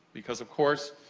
because of course,